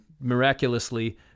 miraculously